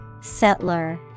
Settler